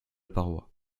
paroi